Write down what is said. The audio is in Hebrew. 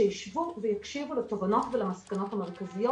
שישבו ויקשיבו לתובנות ולמסקנות המרכזיות.